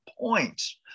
points